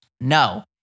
No